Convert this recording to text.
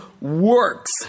works